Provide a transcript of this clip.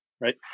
Right